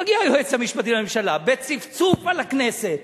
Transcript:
מגיע היועץ המשפטי לממשלה, בצפצוף על הכנסת,